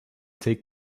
take